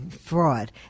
fraud